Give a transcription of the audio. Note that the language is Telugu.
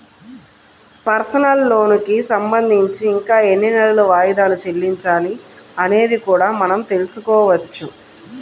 పర్సనల్ లోనుకి సంబంధించి ఇంకా ఎన్ని నెలలు వాయిదాలు చెల్లించాలి అనేది కూడా మనం తెల్సుకోవచ్చు